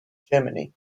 germany